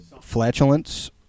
flatulence